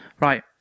Right